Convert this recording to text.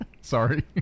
Sorry